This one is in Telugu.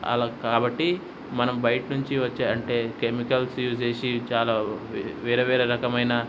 అలా కాబట్టి మనం బయట నుంచి వచ్చే అంటే కెమికల్స్ యూస్ చేసి చాలా వేరే వేరే రకమైన